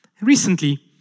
Recently